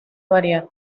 variar